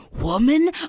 woman